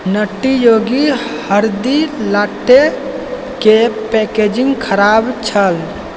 Nutty योगी हरदि लाट्टेके पैकेजिंग खराब छल